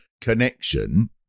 connection